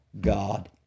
God